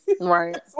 Right